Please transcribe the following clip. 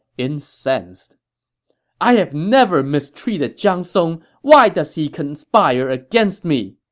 incensed i have never mistreated zhang song. why does he conspire against me!